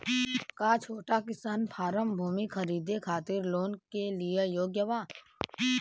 का छोटा किसान फारम भूमि खरीदे खातिर लोन के लिए योग्य बा?